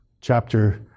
chapter